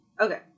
Okay